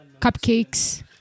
cupcakes